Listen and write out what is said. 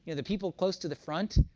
and the people close to the front,